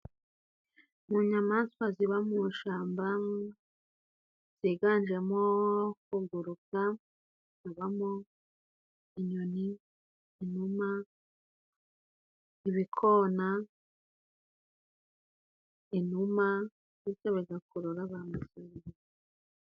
Mu nyamaswa ziba mu ishamba ziganjemo kuguruka habamo inyoni, inuma, ibikona inuma bagakurura abantu.